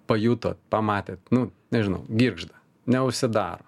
pajutot pamatėt nu nežinau girgžda neužsidaro